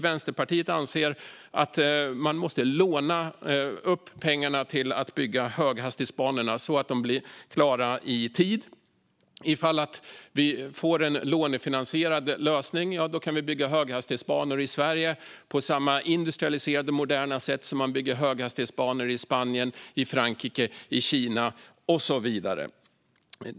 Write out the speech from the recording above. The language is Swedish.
Vänsterpartiet anser att man måste låna upp pengarna till att bygga höghastighetsbanorna, så att de blir klara i tid. Om vi får en lånefinansierad lösning kan vi bygga höghastighetsbanor i Sverige på samma industrialiserade och moderna sätt som man bygger höghastighetsbanor på i Spanien, Frankrike, Kina och så vidare.